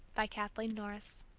by kathleen norris